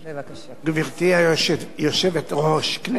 גברתי היושבת-ראש, כנסת נכבדה,